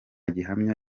gihamya